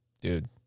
Dude